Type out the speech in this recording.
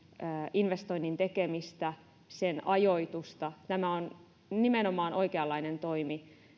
investoinnin tekemistä ja sen ajoitusta tämä on nimenomaan oikeanlainen toimi